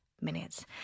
minutes